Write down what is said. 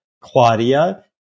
Claudia